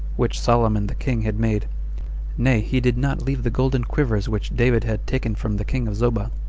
which solomon the king had made nay, he did not leave the golden quivers which david had taken from the king of zobah,